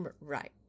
Right